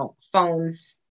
phones